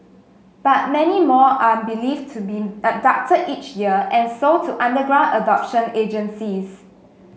but many more are believed to be abducted each year and sold to underground adoption agencies